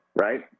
right